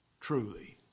truly